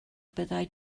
byddai